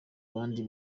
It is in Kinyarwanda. abandi